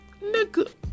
nigga